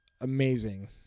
amazing